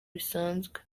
bisanzwe